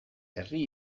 herri